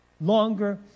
longer